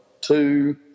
two